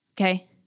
okay